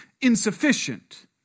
insufficient